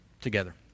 together